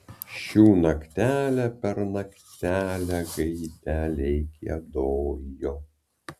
šių naktelę per naktelę gaideliai giedojo